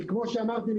כי כמו שאמרתי,